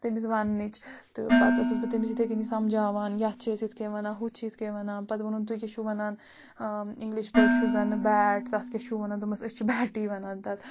تٔمِس ونٛنٕچ تہٕ پَتہٕ ٲسٕس بہٕ تٔمِس یِتھَے کٔنی سَمجاوان یَتھ چھِ أسۍ یِتھ کَنۍ وَنان ہُتھ چھِ یِتھ کَنۍ وَنان پَتہٕ ووٚنُن تُہۍ کیٛاہ چھُو وَنان اِنٛگلِش پٲٹھۍ چھُ زَنہٕ بیٹ تَتھ کیٛاہ چھُو وَنان دوٚپمَس أسۍ چھِ بیٹٕے وَنان تَتھ